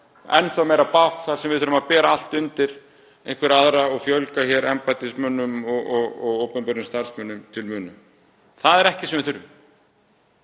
enn þá stærra bákn þar sem við þurfum að bera allt undir einhverja aðra og fjölga hér embættismönnum og opinberum starfsmönnum til muna. Það er ekki það sem við þurfum.